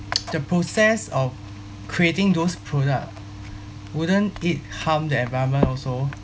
the process of creating those product wouldn't it harm the environment also